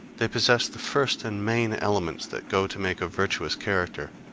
they possess the first and main elements that go to make a virtuous character,